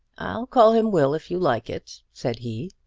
i'll call him will, if you like it, said he.